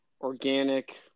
organic